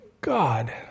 God